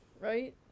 Right